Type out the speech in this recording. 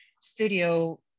studio